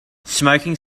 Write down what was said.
smoking